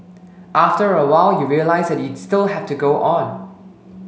after a while you realise that you still have to go on